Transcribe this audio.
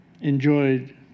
enjoyed